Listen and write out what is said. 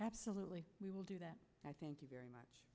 absolutely we will do that i thank you very